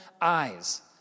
eyes